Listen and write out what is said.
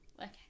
Okay